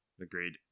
Agreed